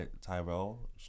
tyrell